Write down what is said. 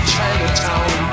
Chinatown